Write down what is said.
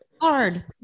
hard